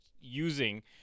using